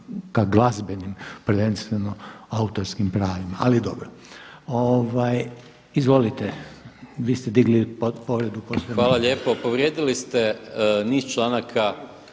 ka glazbenim, prvenstveno autorskim pravima, ali dobro. Izvolite vi ste digli povredu Poslovnika. **Maras, Gordan (SDP)** Hvala lijepo. Povrijedili ste niz članaka